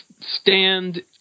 stand